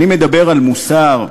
אני מדבר על מוסר,